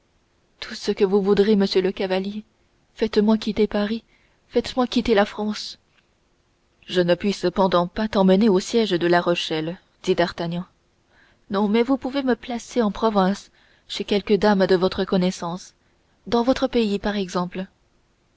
tout ce que vous voudrez monsieur le chevalier faites-moi quitter paris faites-moi quitter la france je ne puis cependant pas t'emmener avec moi au siège de la rochelle dit d'artagnan non mais vous pouvez me placer en province chez quelque dame de votre connaissance dans votre pays par exemple